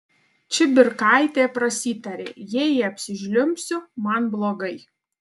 čibirkaitė prasitarė jei apsižliumbsiu man blogai